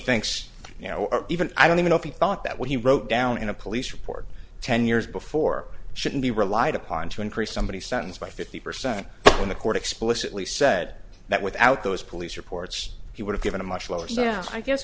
thinks you know even i don't even know if he thought that what he wrote down in a police report ten years before shouldn't be relied upon to increase somebody's sentence by fifty percent when the court explicitly said that without those police reports he would've given a much lower so now i guess